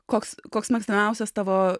koks koks mėgstamiausias tavo